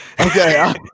Okay